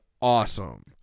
awesome